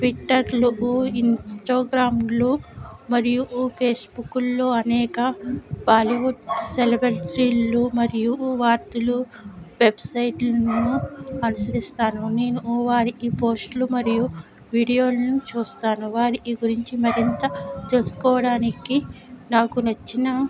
ట్విట్టర్లు ఇన్స్టాగ్రామ్లు మరియు ఫేసుబుక్కుల్లో అనేక బాలీవుడ్ సెలబ్రిటీలు మరియు వార్తలు వెబ్సైట్ లను పరిశీలిస్తాను నేను వారికి పోస్ట్లు మరియు వీడియో లను చూస్తాను వారికి గురించి మరింత తెల్సుకోవడానికి నాకు నచ్చిన